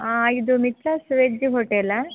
ಆಂ ಇದು ಮಿತ್ರಾಸ್ ವೆಜ್ ಹೊಟೇಲಾ